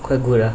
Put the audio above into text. quite good ah